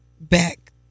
back